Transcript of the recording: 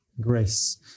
grace